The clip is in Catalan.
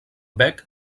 bec